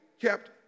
kept